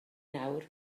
nawr